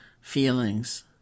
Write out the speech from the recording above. feelings